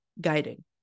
guiding